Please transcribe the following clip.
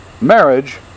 marriage